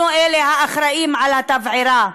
אנחנו אלה האחראים לתבערה.